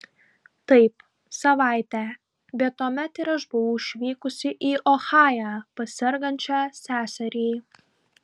taip savaitę bet tuomet ir aš buvau išvykusi į ohają pas sergančią seserį